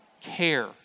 care